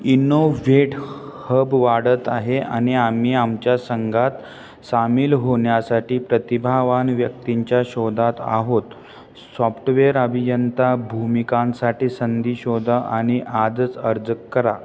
InnovateHub वाढत आहे आणि आम्ही आमच्या संघात सामील होण्यासाठी प्रतिभावान व्यक्तींच्या शोधात आहोत सॉफ्टवेअर अभियंता भूमिकांसाठी संधी शोधा आणि आजच अर्ज करा